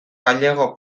galego